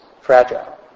fragile